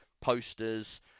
posters